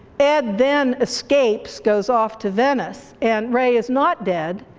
ed then escapes, goes off to venice and ray is not dead,